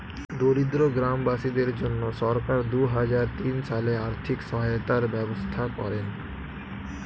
দরিদ্র গ্রামবাসীদের জন্য সরকার দুহাজার তিন সালে আর্থিক সহায়তার ব্যবস্থা করেন